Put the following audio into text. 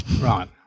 Right